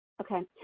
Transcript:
Okay